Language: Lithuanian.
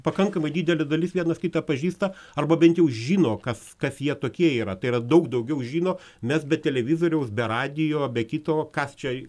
pakankamai didelė dalis vienas kitą pažįsta arba bent jau žino kas kas jie tokie yra tai yra daug daugiau žino mes be televizoriaus be radijo be kito kas čia